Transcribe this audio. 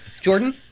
Jordan